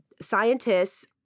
Scientists